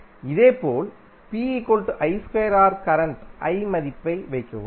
இதேபோல் கரண்ட் மதிப்பை வைக்கவும்